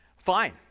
Fine